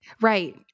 right